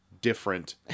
Different